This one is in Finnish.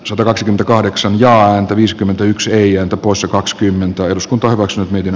satakaksikymmentäkahdeksan jaa ääntä viisikymmentäyksi eija tapossa kakskymmentä eduskunta hyväksyy niiden